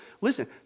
Listen